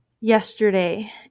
yesterday